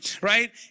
right